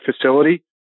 facility